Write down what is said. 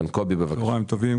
צוהריים טובים.